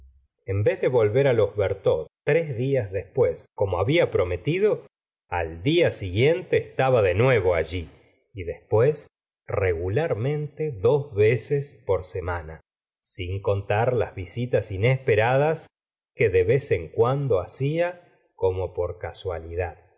en vez de volver los bertaux tres días después ferm gmstavo plaubert como habla prometido al día siguiente estaba de nuevo allí y después regularmente dos veces por semana sin contar las visitas inesperadas que de vez en cuando hacia como por casualidad